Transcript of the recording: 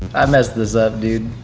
i messed this up, dude.